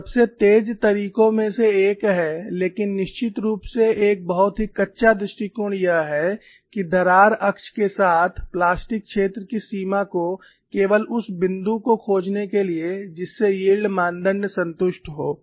तो सबसे तेज़ तरीकों में से एक है लेकिन निश्चित रूप से एक बहुत ही कच्चा दृष्टिकोण यह है कि दरार अक्ष के साथ प्लास्टिक क्षेत्र की सीमा को केवल उस बिंदु को खोजने के लिए जिससे यील्ड मानदंड संतुष्ट हो